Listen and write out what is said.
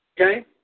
Okay